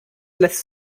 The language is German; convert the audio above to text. lässt